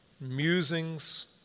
musings